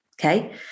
Okay